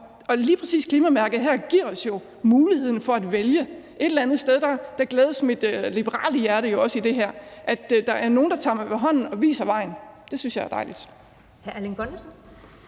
og lige præcis klimamærket her giver os jo muligheden for at vælge. Et eller andet sted glædes mit liberale hjerte i det her jo også over, at der er nogen, der tager mig ved hånden og viser vejen. Det synes jeg er dejligt. Kl. 13:08 Første